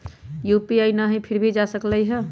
UPI न हई फिर भी जा सकलई ह?